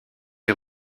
est